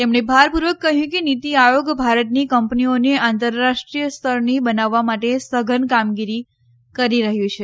તેમણે ભારપૂર્વક કહ્યું કે નીતી આયોગ ભારતની કંપનીઓને આંતરરાષ્ટ્રીય સ્તરની બનાવવા માટે સઘન કામગીરી કરી રહ્યું છે